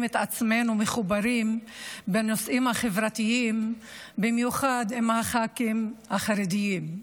את עצמנו מחוברים בנושאים החברתיים במיוחד עם הח"כים החרדים.